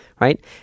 right